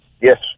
yes